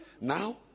Now